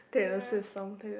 Taylor Swift song Taylor